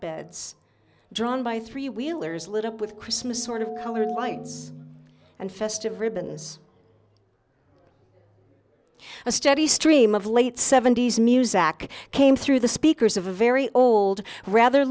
beds drawn by three wheelers lit up with christmas sort of colored lights and festive ribbons a steady stream of late seventy's muzak came through the speakers of a very old rather